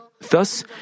Thus